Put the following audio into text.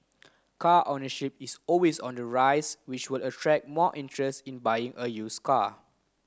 car ownership is always on the rise which will attract more interest in buying a use car